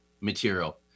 material